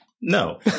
no